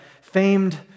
famed